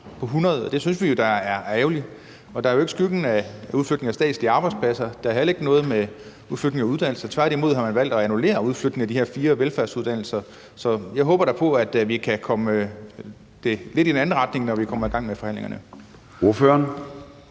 det synes vi da er ærgerligt. Og der er jo ikke skyggen af en udflytning af statslige arbejdspladser, og der er heller ikke noget med en udflytning af uddannelser. Tværtimod har man valgt at annullere en udflytning af de her fire velfærdsuddannelser. Så jeg håber da på, at vi kan komme lidt i en anden retning, når vi kommer i gang med forhandlingerne. Kl.